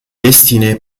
destiné